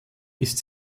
ist